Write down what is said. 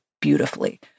beautifully